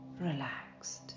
Relaxed